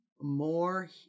more